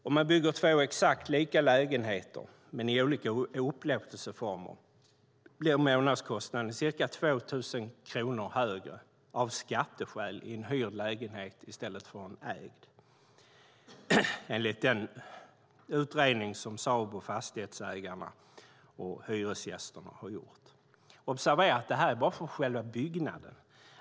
Om man bygger två exakt likadana lägenheter men med olika upplåtelseformer blir månadskostnaden av skatteskäl ca 2 000 kronor högre i en hyrd lägenhet jämfört med en ägd, enligt den utredning SABO, Fastighetsägarna och hyresgästerna har gjort. Observera att det här är bara för själva byggnaden.